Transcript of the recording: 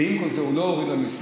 ועם כל זה הוא לא הוריד במספר.